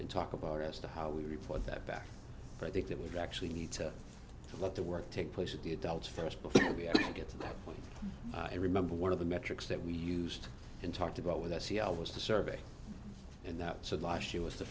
and talk about as to how we report that back but i think that we actually need to look the work take place of the adults first before we get to that point i remember one of the metrics that we used and talked about with i c l was the survey and that said last year was the